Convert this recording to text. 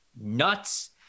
nuts